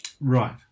Right